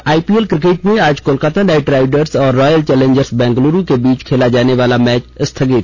और IPL cricket में आज कोलकाता नाइट राइडर्स और रॉयल चौंलेजर्स बैंगलोर के बीच खेला जाने वाला मैच स्थगित